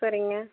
சரிங்க